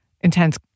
intense